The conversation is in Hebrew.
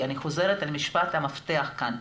אני חוזרת על משפט המפתח כאן,